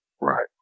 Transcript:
right